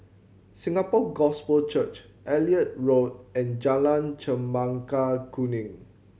Singapore Gospel Church Elliot Road and Jalan Chempaka Kuning